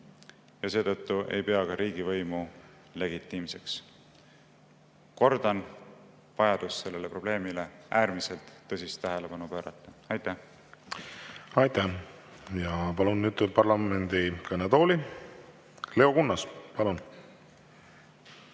ja seetõttu ei pea riigivõimu legitiimseks. Kordan vajadust sellele probleemile äärmiselt tõsist tähelepanu pöörata. Aitäh! Palun nüüd parlamendi kõnetooli Leo Kunnase. Palun